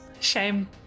Shame